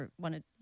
wanted